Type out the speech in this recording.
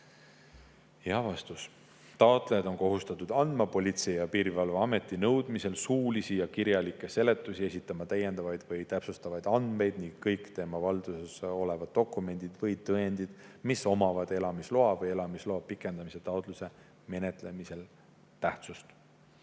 kohta?" Taotlejad on kohustatud andma Politsei- ja Piirivalveameti nõudmisel suulisi ja kirjalikke seletusi, esitama täiendavaid või täpsustavaid andmeid ning kõik tema valduses olevad dokumendid või tõendid, mis omavad elamisloa või elamisloa pikendamise taotluse menetlemisel tähtsust.